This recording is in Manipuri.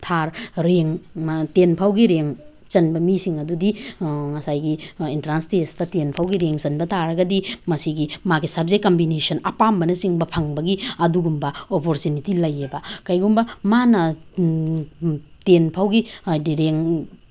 ꯊꯥꯔꯗ ꯔꯦꯡꯛ ꯇꯦꯟ ꯐꯥꯎꯒꯤ ꯔꯦꯡꯛ ꯆꯟꯕ ꯃꯤꯁꯤꯡ ꯑꯗꯨꯗꯤ ꯉꯁꯥꯏꯒꯤ ꯏꯟꯇ꯭ꯔꯥꯟꯁ ꯇꯦꯁꯇ ꯇꯦꯟ ꯐꯥꯎꯒꯤ ꯔꯦꯡꯛ ꯆꯟꯕ ꯇꯥꯔꯒꯗꯤ ꯃꯁꯤꯒꯤ ꯃꯥꯒꯤ ꯁꯕꯖꯦꯛ ꯀꯝꯕꯤꯅꯦꯁꯟ ꯑꯄꯥꯝꯕꯅꯆꯤꯡꯕ ꯐꯪꯕꯒꯤ ꯑꯗꯨꯒꯨꯝꯕ ꯑꯣꯄꯣꯔꯆꯨꯅꯤꯇꯤ ꯂꯩꯌꯦꯕ ꯀꯩꯒꯨꯝꯕ ꯃꯥꯅ ꯇꯦꯟ ꯐꯥꯎꯒꯤ ꯍꯥꯏꯗꯤ ꯔꯦꯡꯛ